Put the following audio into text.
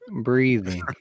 breathing